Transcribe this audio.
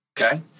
Okay